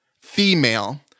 female